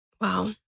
Wow